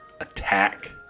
attack